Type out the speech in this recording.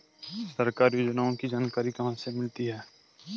सरकारी योजनाओं की जानकारी कहाँ से मिलती है?